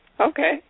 Okay